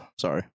Sorry